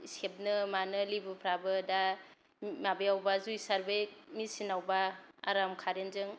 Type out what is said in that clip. सेबनो मानो लेबुफ्राबो दा माबायावबा जुइसार बे मेसिनावबा आराम कारेन्टजों